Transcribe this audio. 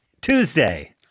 Tuesday